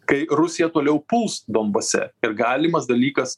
kai rusija toliau puls donbase ir galimas dalykas